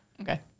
Okay